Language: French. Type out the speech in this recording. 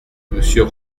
monsieur